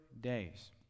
days